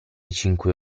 cinque